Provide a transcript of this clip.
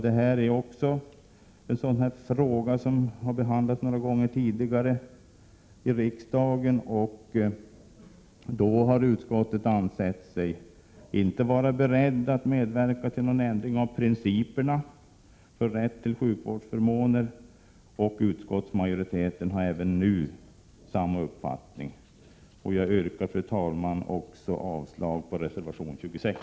Detta är också en sådan fråga som har behandlats några gånger tidigare i riksdagen. Då har utskottet ansett sig inte vara berett att medverka till någon ändring av principerna för rätt till sjukvårdsförmåner. Utskottsmajoriteten har även nu den uppfattningen. Jag yrkar, fru talman, också avslag på reservation 26.